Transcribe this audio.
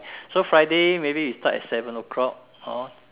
so Friday maybe we start at seven o-clock hor